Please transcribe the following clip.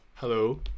Hello